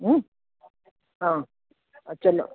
ಹ್ಞೂ ಹಾಂ ಚಲೋ